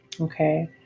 Okay